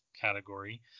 category